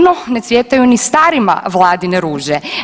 No, ne cvjetaju ni starima Vladine ruže.